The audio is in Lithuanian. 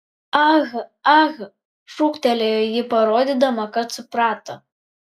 ah ah šūktelėjo ji parodydama kad suprato